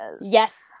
Yes